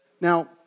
Now